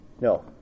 No